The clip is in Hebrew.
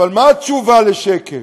אבל מה התשובה לשקף?